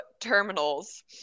terminals